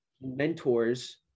mentors